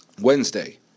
Wednesday